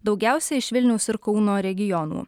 daugiausia iš vilniaus ir kauno regionų